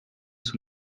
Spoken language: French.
sous